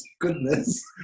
goodness